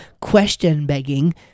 question-begging